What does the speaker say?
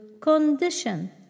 condition